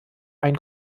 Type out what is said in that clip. ein